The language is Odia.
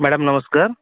ମ୍ୟାଡମ ନମସ୍କାର